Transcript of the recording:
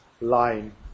line